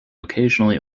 occasionally